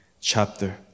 chapter